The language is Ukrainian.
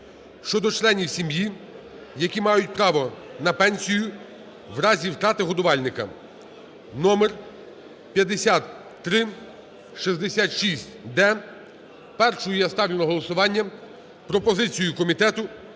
щодо членів сім'ї, які мають право на пенсію в разі втрати годувальника (№ 5366-д). Першою я ставлю на голосування пропозицію комітету